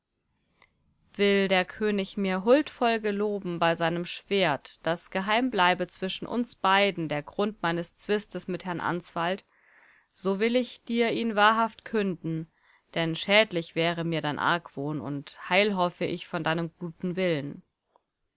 will der könig mir huldvoll geloben bei seinem schwert daß geheim bleibe zwischen uns beiden der grund meines zwistes mit herrn answald so will ich dir ihn wahrhaft künden denn schädlich wäre mir dein argwohn und heil hoffe ich von deinem guten willen